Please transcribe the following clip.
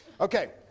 Okay